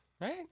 right